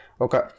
Okay